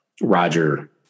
Roger